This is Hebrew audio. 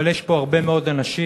אבל יש פה הרבה מאוד אנשים,